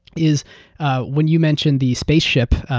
is when you mentioned the spaceship,